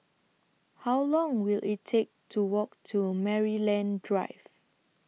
How Long Will IT Take to Walk to Maryland Drive